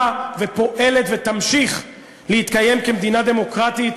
ופועלת ותמשיך להתקיים כמדינה דמוקרטית,